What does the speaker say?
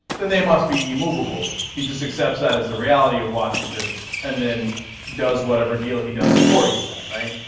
then they must be immovable, he just accepts that as the reality of washington and then does whatever deal he does according to that, right?